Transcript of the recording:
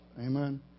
amen